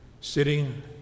sitting